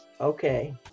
okay